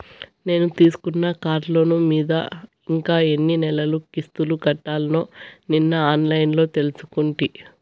నేను తీసుకున్న కార్లోను మీద ఇంకా ఎన్ని నెలలు కిస్తులు కట్టాల్నో నిన్న ఆన్లైన్లో తెలుసుకుంటి